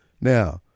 Now